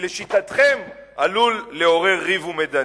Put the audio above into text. שלשיטתכם עלול לעורר ריב ומדנים?